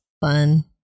Fun